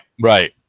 Right